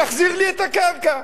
תחזיר לי את הקרקע.